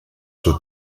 suo